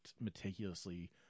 meticulously